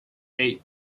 eight